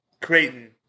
Creighton